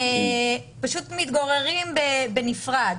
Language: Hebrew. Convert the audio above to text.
פשוט מתגוררים בנפרד.